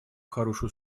хорошую